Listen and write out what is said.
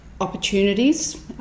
opportunities